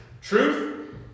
Truth